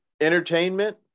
entertainment